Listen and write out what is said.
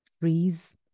freeze